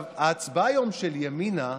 ההצבעה היום של ימינה,